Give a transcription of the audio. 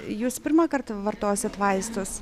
jūs pirmą kart vartosit vaistus